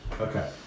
Okay